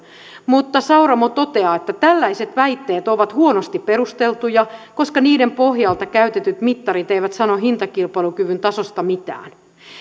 mutta sauramo toteaa että tällaiset väitteet ovat huonosti perusteltuja koska niiden pohjalta käytetyt mittarit eivät sano hintakilpailukyvyn tasosta mitään